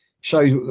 shows